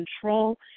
control